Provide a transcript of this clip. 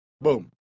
Boom